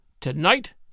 Tonight